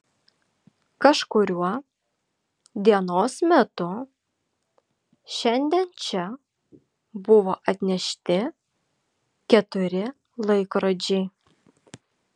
kažkuriuo dienos metu šiandien čia buvo atnešti keturi laikrodžiai